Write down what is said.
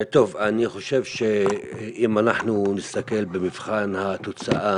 אני חושב שאם אנחנו נסתכל במבחן התוצאה